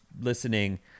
listening